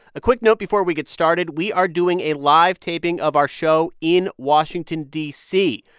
a quick note before we get started we are doing a live taping of our show in washington, d c.